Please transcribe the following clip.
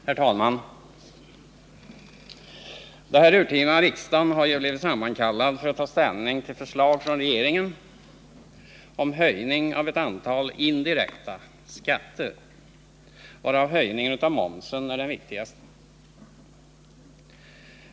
Herr talman! Den här urtima riksdagen har blivit sammankallad för att ta ställning till förslag från regeringen om höjningar av ett antal indirekta skatter, varav höjningen av momsen är den viktigaste.